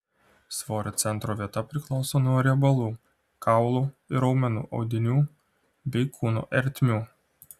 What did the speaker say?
svorio centro vieta priklauso nuo riebalų kaulų ir raumenų audinių bei kūno ertmių